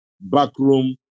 backroom